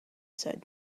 said